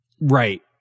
Right